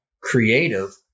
creative